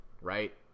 right